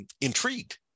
intrigued